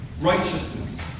Righteousness